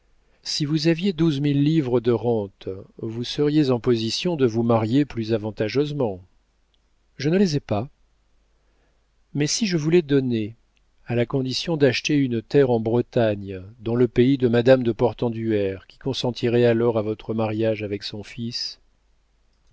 si vous aviez douze mille livres de rente vous seriez en position de vous marier plus avantageusement je ne les ai pas mais si je vous les donnais à la condition d'acheter une terre en bretagne dans le pays de madame de portenduère qui consentirait alors à votre mariage avec son fils